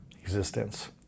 existence